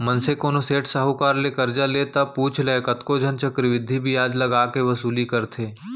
मनसे कोनो सेठ साहूकार करा ले करजा ले ता पुछ लय कतको झन चक्रबृद्धि बियाज लगा के वसूली करथे